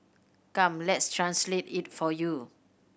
come let's translate it for you